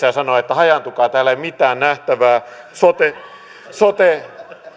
ja sanoo että hajaantukaa täällä ei ole mitään nähtävää sote sote